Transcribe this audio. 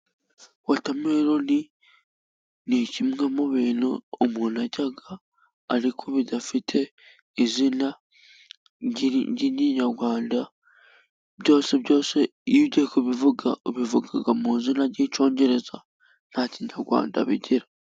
Wotameloni ni kimwe mu bintu umuntu arya ariko bidafite izina ry'irinyarwanda, byose byose iyo ugiye kubivuga ubivuga mu izina ry'Icyongereza, nta kinyarwanda bigira.